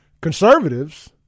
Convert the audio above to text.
conservatives